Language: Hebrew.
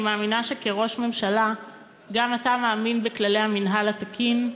אני מאמינה שכראש ממשלה גם אתה מאמין בכללי המינהל התקין.